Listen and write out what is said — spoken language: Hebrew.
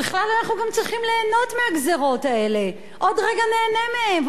ובכלל אנחנו גם צריכים ליהנות מהגזירות האלה ועוד רגע ניהנה מהן.